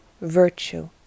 virtue